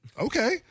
okay